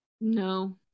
no